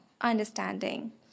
understanding